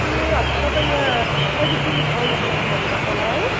ए हजुर तपाईँ यहाँ एज् ए टुरिस्ट आउनको लागि भन्नुभएको होला है